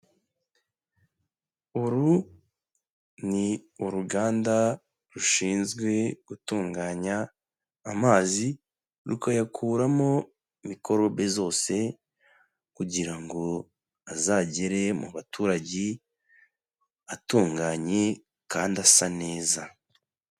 Uru ni uruganda rushinzwe gutunganya amazi rukayakuramo mikorobe zose kugira ngo azagere mu baturage atunganye kandi asa neza.